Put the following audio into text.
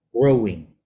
growing